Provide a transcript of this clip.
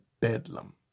bedlam